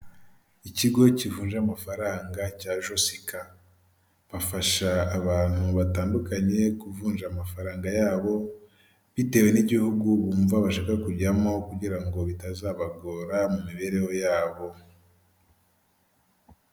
Ikigo kivuja amafaranga cya josika bafasha abantu batandukanye kuvunja amafaranga yabo bitewe n'igihugu bumva bashaka kujyamo kugira ngo bitazabagora mu mibereho yabo.